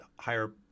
higher